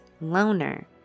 loner